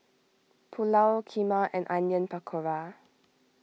Pulao Kheema and Onion Pakora